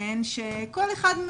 אפילו העירייה שעושה את זה בכוונה,